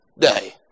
day